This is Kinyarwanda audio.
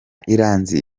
iranzi